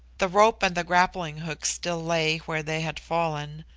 the rope and the grappling-hooks still lay where they had fallen,